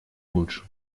лучше